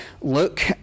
look